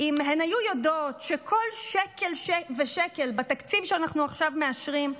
אם הן היו יודעות שכל שקל ושקל בתקציב שאנחנו עכשיו מאשרים,